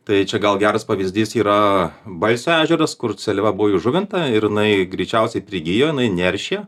tai čia gal geras pavyzdys yra balsio ežeras kur seliava buvo įžuvinta ir jinai greičiausiai prigijo jinai neršė